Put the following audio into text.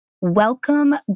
Welcome